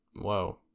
whoa